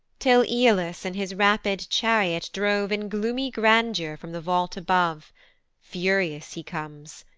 till aeolus in his rapid chariot drove in gloomy grandeur from the vault above furious he comes.